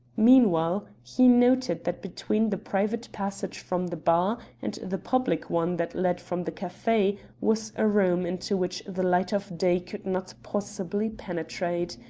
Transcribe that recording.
meanwhile he noted that between the private passage from the bar and the public one that led from the cafe was a room into which the light of day could not possibly penetrate.